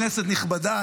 כנסת נכבדה,